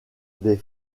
des